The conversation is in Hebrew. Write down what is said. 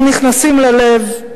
הם נכנסים ללב,